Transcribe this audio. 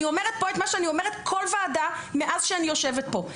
אני אומרת פה את מה שאני אומרת כל ועדה מאז שאני יושבת פה.